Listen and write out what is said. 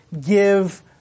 give